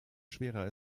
schwerer